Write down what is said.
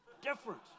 Different